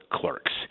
clerks